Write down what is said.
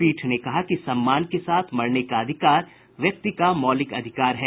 पीठ ने कहा कि सम्मान के साथ मरने का अधिकार व्यक्ति का मौलिक अधिकार है